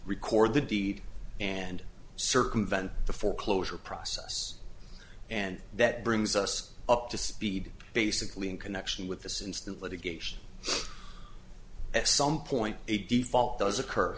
record the deed and circumvent the foreclosure process and that brings us up to speed basically in connection with this instant litigation at some point a default does occur